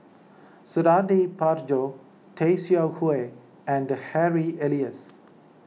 Suradi Parjo Tay Seow Huah and Harry Elias